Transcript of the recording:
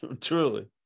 truly